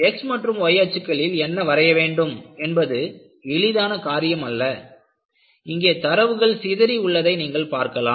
x மற்றும் y அச்சுகளில் என்ன வரைய வேண்டும் என்பது எளிதான காரியம் அல்ல இங்கே தரவுகள் சிதறி உள்ளதை நீங்கள் பார்க்கலாம்